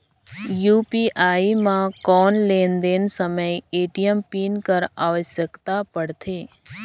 UPI म कौन लेन देन समय ए.टी.एम पिन कर आवश्यकता पड़थे?